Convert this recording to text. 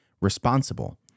responsible